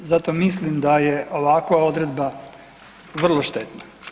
Zato mislim da je ovakva odredba vrlo štetna.